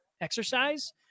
exercise